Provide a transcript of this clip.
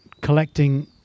collecting